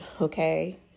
okay